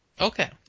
Okay